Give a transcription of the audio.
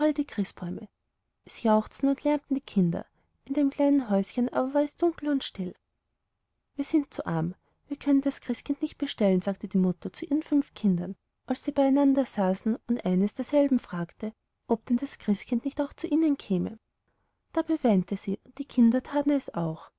die christbäume es jauchzten und lärmten die kinder in dem kleinen häuschen aber war es dunkel und still wir sind zu arm wir können das christkind nicht bestellen sagte die mutter zu ihren fünf kindern als sie beieinander saßen und eines derselben fragte ob denn das christkind nicht auch zu ihnen käme dabei weinte sie und die kinder taten es auch